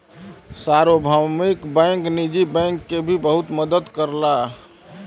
सार्वभौमिक बैंक निजी बैंक के भी बहुत मदद करला